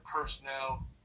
personnel